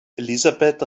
elisabeth